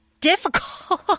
difficult